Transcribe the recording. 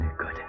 good